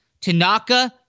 Tanaka